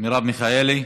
מרב מיכאלי.